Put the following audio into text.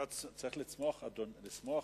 אתה צריך לשמוח, אדוני,